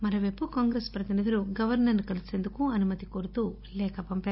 మరోపైపు కాంగ్రెస్ ప్రతినిధులు గవర్నర్ ని కలిసేందుకు అనుమతి కోరుతు లేఖ పంపారు